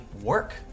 work